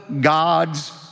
God's